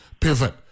pivot